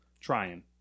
Trying